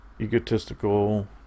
egotistical